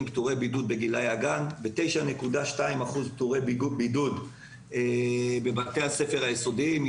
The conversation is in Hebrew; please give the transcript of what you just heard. פטורי בידוד בגילי הגן ו-9.2% פטורי בידוד בבתי הספר היסודיים,